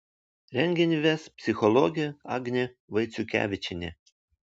renginį ves psichologė agnė vaiciukevičienė